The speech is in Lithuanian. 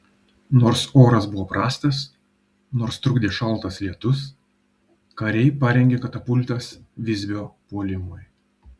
nors oras buvo prastas nors trukdė šaltas lietus kariai parengė katapultas visbio puolimui